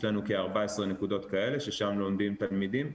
יש לנו כ-14 נקודות כאלה ששם לומדים תלמידים.